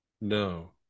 No